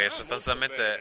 sostanzialmente